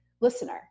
listener